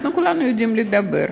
אנחנו כולנו יודעים לדבר,